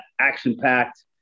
action-packed